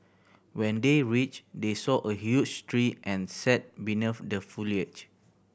when they reached they saw a huge tree and sat beneath the foliage